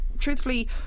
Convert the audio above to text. truthfully